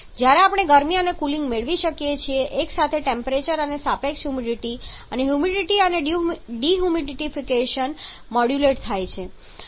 જ્યારે આપણે ગરમી અને કુલિંગ મેળવી શકીએ છીએ એક સાથે ટેમ્પરેચર અને સાપેક્ષ હ્યુમિડિટી સાથે હ્યુમિડિટી અને ડિહ્યુમિડિફિકેશન મોડ્યુલેટ થાય છે